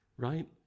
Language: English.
right